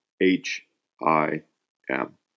H-I-M